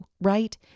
right